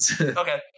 okay